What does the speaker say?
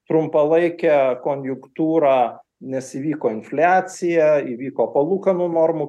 trumpalaikę konjunktūrą nes įvyko infliacija įvyko palūkanų normų